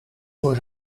voor